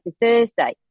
Thursday